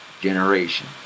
generation